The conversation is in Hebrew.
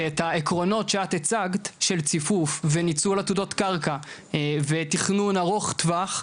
שאת העקרונות שאת הצגת של ציפוף וניצול עתודות קרקע ותכנון ארוך טווח,